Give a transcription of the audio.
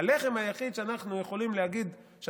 הלחם היחיד שאנחנו יכולים להגיד עליו